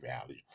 value